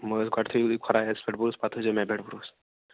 گۄڈٕ تھٲوِو تُہۍ خۄدایس پٮ۪ٹھ بروس پتہٕ تھٲیزیٚو مےٚ پٮ۪ٹھ بروس